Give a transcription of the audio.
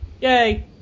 Yay